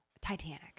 Titanic